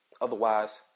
Otherwise